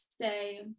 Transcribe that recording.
say